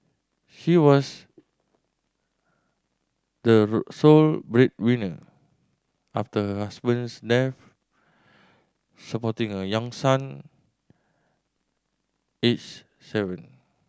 she was the sole breadwinner after husband's death supporting a young son aged seven